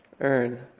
earn